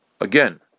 again